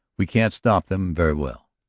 we can't stop them very well.